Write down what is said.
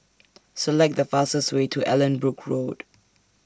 Select The fastest Way to Allanbrooke Road